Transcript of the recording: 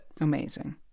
Amazing